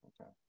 Okay